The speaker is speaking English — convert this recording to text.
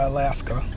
Alaska